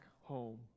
home